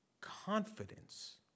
confidence